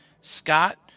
scott